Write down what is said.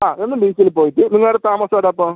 ആ ഒന്ന് ബീച്ചിൽ പോയിട്ട് നിങ്ങൾ അവിടെ താമസം എവിടെ അപ്പോൾ